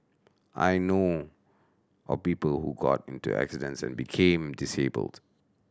I know of people who got into accidents and became disabled